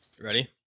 Ready